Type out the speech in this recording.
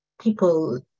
people